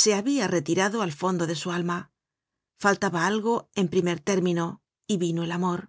se habia retirado al fondo de su alma faltaba algo en primer término y vino el amor